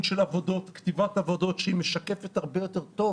של כתיבת עבודות שמשקפת הרבה יותר טוב